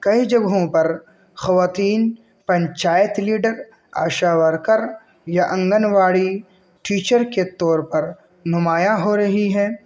کئی جگہوں پر خواتین پنچایت لیڈر آشا ورکر یا آنگن واڑی ٹیچر کے طور پر نمایاں ہو رہی ہے